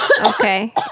Okay